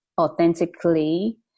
authentically